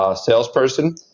salesperson